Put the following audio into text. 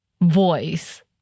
voice